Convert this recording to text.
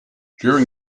during